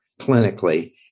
clinically